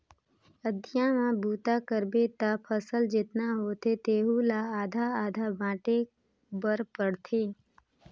अधिया म बूता करबे त फसल जतना होथे तेहू ला आधा आधा बांटे बर पड़थे